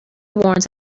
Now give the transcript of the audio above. warns